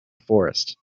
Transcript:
forrest